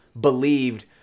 believed